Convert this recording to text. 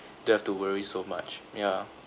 don't have to worry so much yeah